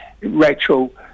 Rachel